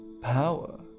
power